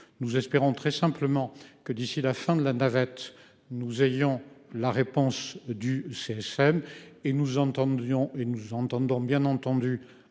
nous espérons très simplement que d'ici la fin de la navette, nous ayons la réponse du CSM et nous entendions et nous